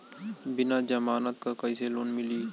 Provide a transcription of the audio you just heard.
बिना जमानत क कइसे लोन मिली?